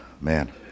man